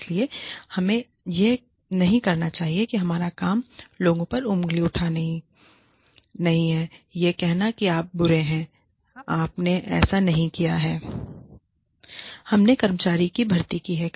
इसलिए हमें यह नहीं करना चाहिए कि हमारा काम लोगों पर उंगली उठाना नहीं है और यह कहना कि आप बुरे हैं आपने ऐसा नहीं किया है हमने कर्मचारी की भर्ती की है